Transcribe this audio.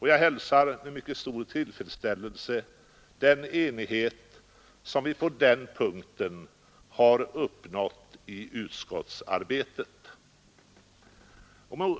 Jag hälsar med mycket stor tillfredsställelse den enighet som på den punkten har uppnåtts under utskottsarbetet.